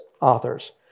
authors